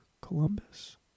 Columbus